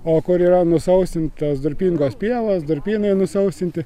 o kur yra nusausintos durpingos pievos durpynai nusausinti